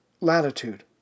latitude